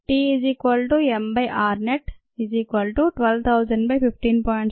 t m rnet 1200015